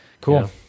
cool